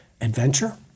adventure